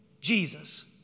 Jesus